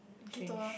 tour ah